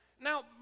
Now